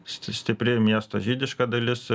st stipri miesto žydiška dalis